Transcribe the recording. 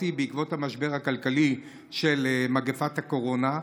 בעקבות המשבר הכלכלי של מגפת הקורונה.